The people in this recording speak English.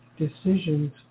decisions